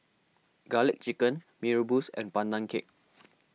Garlic Chicken Mee Rebus and Pandan Cake